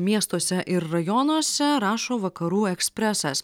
miestuose ir rajonuose rašo vakarų ekspresas